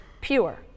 pure